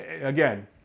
Again